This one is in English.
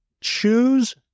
Choose